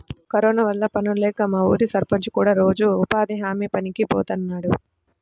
corona వల్ల పనుల్లేక మా ఊరి సర్పంచ్ కూడా రోజూ ఉపాధి హామీ పనికి బోతన్నాడు